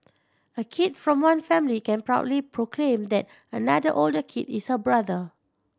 a kid from one family can proudly proclaim that another older kid is her brother